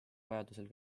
vajadusel